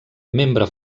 membre